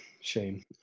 shame